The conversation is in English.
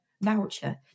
voucher